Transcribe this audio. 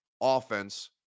offense